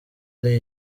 ari